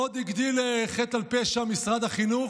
עוד הגדיל חטא על פשע משרד החינוך,